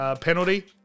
penalty